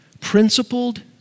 principled